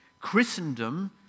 Christendom